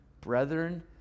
brethren